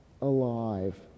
alive